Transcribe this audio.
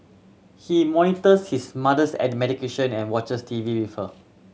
he monitors his mother's at the medication and watches T V with her